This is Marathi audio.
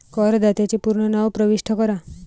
करदात्याचे पूर्ण नाव प्रविष्ट करा